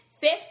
fifth